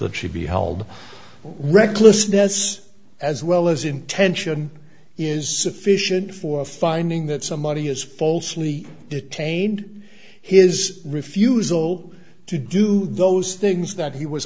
that she be held recklessness as well as intention is sufficient for a finding that somebody is falsely detained his refusal to do those things that he was